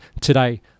today